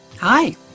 Hi